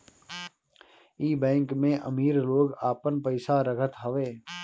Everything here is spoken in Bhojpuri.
इ बैंक में अमीर लोग आपन पईसा रखत हवे